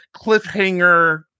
cliffhanger